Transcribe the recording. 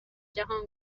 جهان